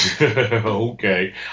Okay